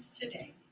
Today